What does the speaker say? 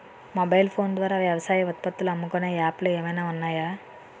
Mobile phone ద్వారా వ్యవసాయ ఉత్పత్తులు అమ్ముకునే యాప్ లు ఏమైనా ఉన్నాయా?